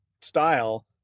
style